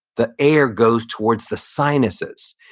the air goes towards the sinuses.